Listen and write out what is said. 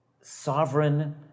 sovereign